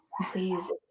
Please